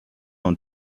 und